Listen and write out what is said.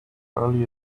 early